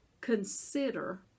consider